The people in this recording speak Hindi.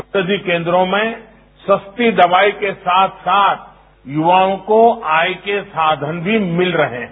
औषधि केन्द्रो में सस्ती दवाई के साथ साथ ग्रवाओं को आय के साधन भी मिल रहे हैं